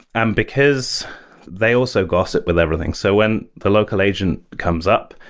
and because they also gossip with everything. so when the local agent comes up,